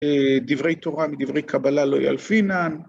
‫דברי תורה ודברי קבלה לא ילפינן.